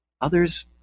others